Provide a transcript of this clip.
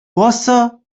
وایستا